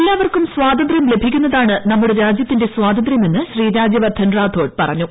എല്ലാവർക്കും സ്വാതന്ത്രൃം ലഭിക്കുന്നതാണ് നമ്മുടെ രാജൃത്തിന്റെ സ്വാതന്ത്ര്യമെന്ന് ശ്രീ രാജ്യവർധൻ റാത്തോഡ് പറഞ്ഞു